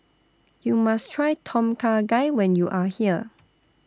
YOU must Try Tom Kha Gai when YOU Are here